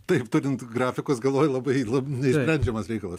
taip turint grafikus galvoj labai neišsprendžiamas reikalas